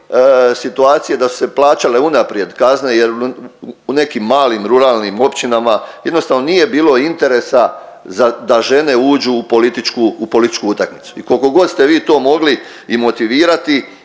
situacije da su se plaćale unaprijed kazne jer u nekim malim ruralnim općinama jednostavno nije bilo interesa za da žene uđu u političku, u političku utakmicu i koliko god ste vi to mogli i motivirati